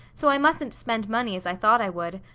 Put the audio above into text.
so i mustn't spend money as i thought i would.